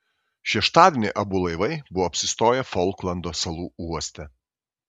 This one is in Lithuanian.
šeštadienį abu laivai buvo apsistoję folklando salų uoste